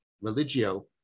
religio